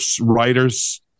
writers